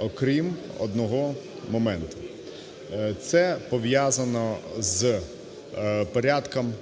окрім одного моменту, це пов'язано з порядком